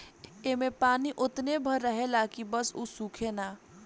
ऐमे पानी ओतने भर रहेला की बस उ सूखे ना